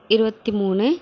இருபத்தி மூணு